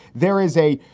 there is a,